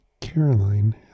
Caroline